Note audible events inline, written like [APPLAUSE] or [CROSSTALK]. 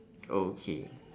[NOISE] okay